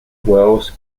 wells